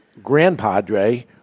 GrandPadre